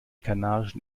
kanarischen